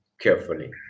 carefully